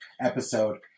episode